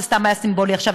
זה סתם היה סימבולי עכשיו,